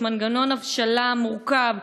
יש מנגנון הבשלה מורכב,